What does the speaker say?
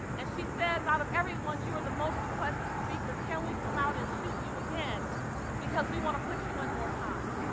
and she says, out of everyone, you were the most requested speaker. can we come out and shoot you again because we want to put you in more times?